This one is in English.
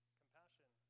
compassion